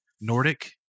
Nordic